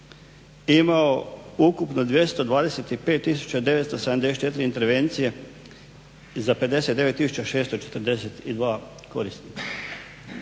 imao ukupno 225 974 intervencije, za 59642 korisnika.